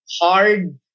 hard